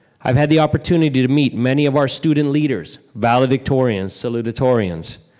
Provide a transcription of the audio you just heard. i've had the opportunity to meet many of our student leaders, valedictorians, salutatorians.